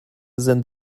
sind